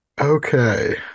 Okay